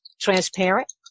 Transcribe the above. transparent